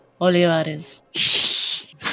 Olivares